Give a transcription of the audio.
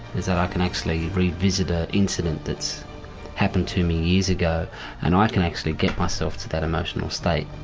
is that i can actually revisit ah an incident that's happened to me years ago and i can actually get myself to that emotional state.